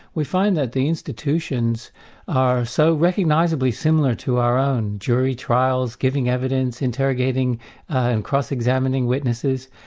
we find that the institutions are so recognisably similar to our own, jury trials, giving evidence, interrogating and cross-examining witnesses,